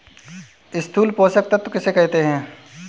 स्थूल पोषक तत्व किन्हें कहते हैं?